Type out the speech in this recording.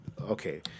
okay